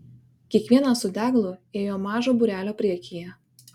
kiekvienas su deglu ėjo mažo būrelio priekyje